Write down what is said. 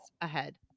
ahead